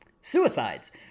suicides